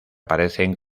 aparecen